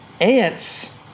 Ants